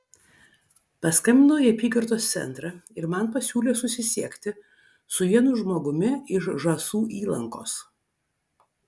paskambinau į apygardos centrą ir man pasiūlė susisiekti su vienu žmogumi iš žąsų įlankos